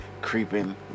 creeping